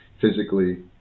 Physically